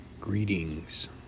Greetings